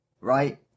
Right